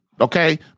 Okay